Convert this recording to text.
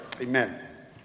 Amen